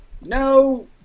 no